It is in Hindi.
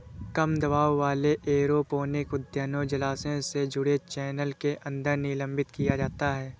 कम दबाव वाले एरोपोनिक उद्यानों जलाशय से जुड़े चैनल के अंदर निलंबित किया जाता है